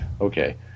Okay